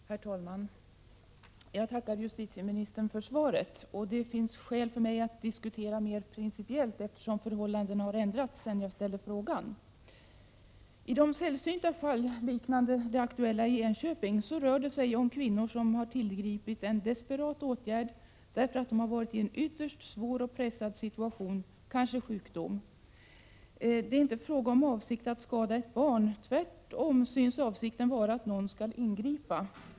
Herr talman! Jag tackar justitieministern för svaret. Det finns skäl för mig att diskutera litet mer principiellt, eftersom förhållandena har ändrats sedan jag ställde frågan. I de sällsynta fall som liknar det aktuella i Enköping rör det sig om kvinnor som har tillgripit en desperat åtgärd därför att de har varit i en ytterst svår och pressad situation och kanske varit sjuka. Det är inte fråga om någon avsikt att skada ett barn. Tvärtom syns avsikten vara att någon skall ingripa.